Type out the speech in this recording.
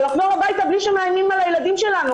ולחזור הביתה בלי שמאיימים על הילדים שלנו,